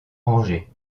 rangées